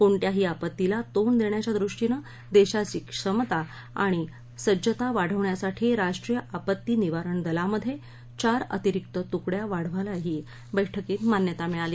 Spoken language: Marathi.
कोणत्याही आपत्तीला तोंड दख्खीच्या दृष्टीनडिश्वी क्षमता आणि सज्जता वाढवण्यासाठी राष्ट्रीय आपत्ती निवारण दलामध्यडिश अतिरिक्त तुकडया वाढवायलाही बैठकीत मान्यता मिळाली